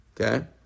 okay